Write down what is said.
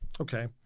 Okay